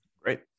great